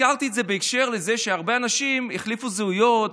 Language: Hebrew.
הזכרתי את זה בהקשר של זה שהרבה אנשים החליפו זהויות,